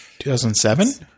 2007